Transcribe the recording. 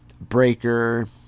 Breaker